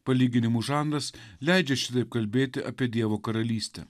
palyginimų žanras leidžia šitaip kalbėti apie dievo karalystę